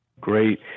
Great